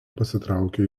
pasitraukė